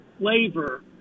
flavor